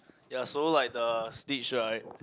ya so like the Stitch right